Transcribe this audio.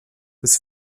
was